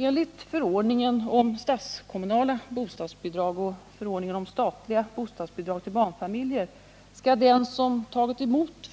Enligt förordningen om statskommunala bostadsbidrag och förordningen om statliga bostadsbidrag till barnfamiljer skall den som tagit emot